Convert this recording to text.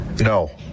No